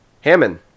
Hammond